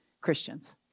Christians